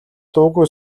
дуугүй